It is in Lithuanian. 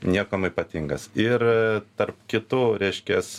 niekuom ypatingas ir tarp kitų reiškias